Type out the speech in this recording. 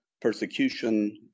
persecution